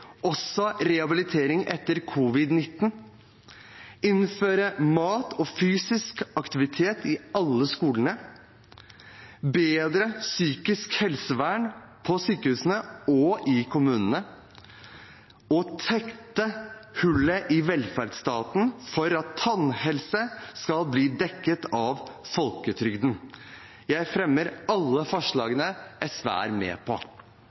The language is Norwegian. også rehabilitering etter covid-19 innføre mat og fysisk aktivitet i alle skolene bedre psykisk helsevern på sykehusene og i kommunene tette hullet i velferdsstaten og at tannhelse skal bli dekket av folketrygden Jeg tar opp alle